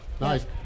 Nice